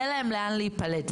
יהיה להם לאן להיפלט.